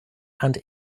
and